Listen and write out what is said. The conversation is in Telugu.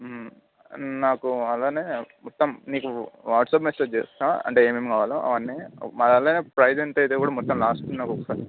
నాకు అలానే మొత్తం నీకు వాట్స్అప్ మెసేజ్ చేస్తాను అంటే ఏమేమి కావాలో అవన్నీ మరి అలానే ప్రైస్ ఎంత అవుతుందో కూడా మొత్తం లాస్ట్కి నాకు ఒకసారి